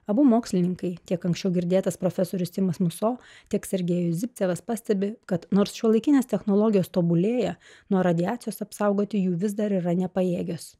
abu mokslininkai tiek anksčiau girdėtas profesorius timas muso tiek sergejus zipcevas pastebi kad nors šiuolaikinės technologijos tobulėja nuo radiacijos apsaugoti jų vis dar yra nepajėgios